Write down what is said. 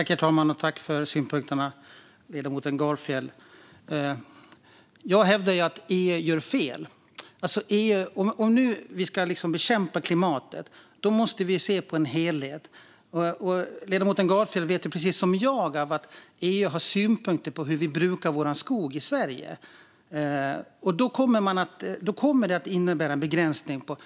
Fru talman! Tack för synpunkterna, ledamoten Gardfjell! Subsidiaritetsprövning av kommissionens förslag till förordning om utsläppande på unionens marknad och export från unionen av vissa råvaror och pro-dukter som är förknip-pade med avskogning och skogsförstörelse Jag hävdar att EU gör fel. Om vi ska bekämpa klimathotet måste vi se det här som en helhet. Ledamoten Gardfjell vet precis som jag att EU har synpunkter på hur vi i Sverige brukar vår skog. Det kommer att innebära en begränsning.